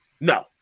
no